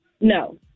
no